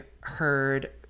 heard